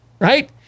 Right